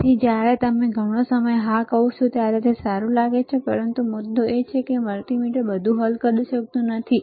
તેથી જ્યારે તમે ઘણો સમય હા કહો છો ત્યારે તે સારું લાગે છે પરંતુ મુદ્દો એ છે કે મલ્ટિમીટર બધું હલ કરી શકતું નથી